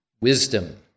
wisdom